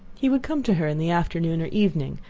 he would come to her in the afternoon or evening,